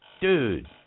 dude